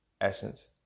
essence